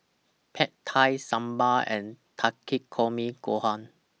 Pad Thai Sambar and Takikomi Gohan